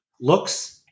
looks